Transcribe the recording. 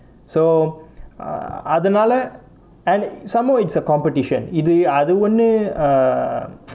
so அதுனாலே:athanaalae and some more it's a competition இது அது ஒன்னு:ithu athu onnu ah